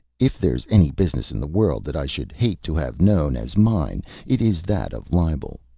if there's any business in the world that i should hate to have known as mine it is that of libel.